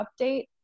update